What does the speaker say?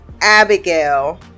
abigail